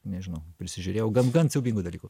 nežinau prisižiūrėjau gan gan siaubingų dalykų